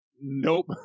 Nope